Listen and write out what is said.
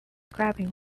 grabbing